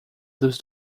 dos